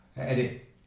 Edit